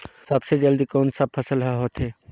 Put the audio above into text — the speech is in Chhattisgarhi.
सबले जल्दी कोन सा फसल ह होथे?